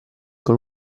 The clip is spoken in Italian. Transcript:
con